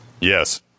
yes